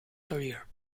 career